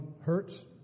hurts